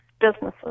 businesses